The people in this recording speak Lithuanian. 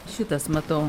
šitas matau